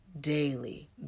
daily